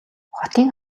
хотын